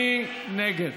מי נגד?